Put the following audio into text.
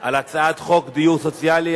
על הצעת חוק דיור סוציאלי,